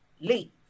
leave